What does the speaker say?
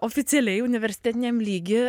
oficialiai universitetiniam lygy